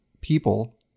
people